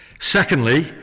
Secondly